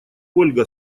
ольга